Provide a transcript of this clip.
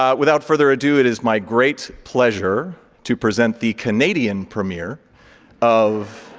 ah without further ado, it is my great pleasure to present the canadian premiere of